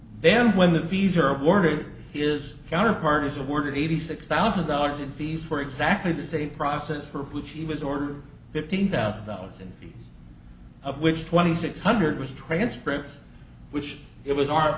then when the fees are awarded his counterpart is awarded eighty six thousand dollars in fees for exactly the same process for which he was ordered fifteen thousand dollars in fees of which twenty six hundred was transcripts which it was